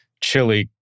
chili